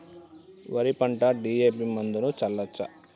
వరి పంట డి.ఎ.పి మందును చల్లచ్చా?